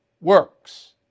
works